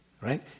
Right